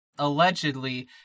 allegedly